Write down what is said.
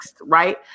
right